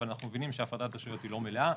אבל אנחנו מבינים שהפרדת הרשויות היא לא מלאה.